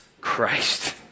Christ